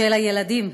של הילדים";